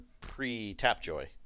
pre-Tapjoy